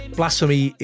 blasphemy